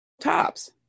tops